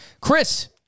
Chris